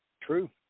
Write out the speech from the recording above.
True